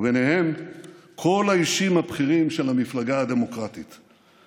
ובהם כל האישים הבכירים של המפלגה הדמוקרטית,